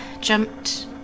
jumped